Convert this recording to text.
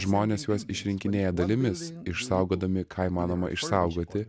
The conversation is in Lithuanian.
žmonės juos išrinkinėja dalimis išsaugodami ką įmanoma išsaugoti